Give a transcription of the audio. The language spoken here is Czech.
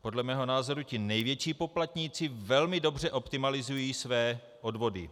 Podle mého názoru ti největší poplatníci velmi dobře optimalizují své odvody.